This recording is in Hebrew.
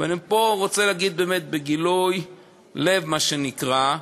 ואני רוצה להגיד, באמת בגילוי לב, מה שנקרא,